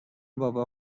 بابا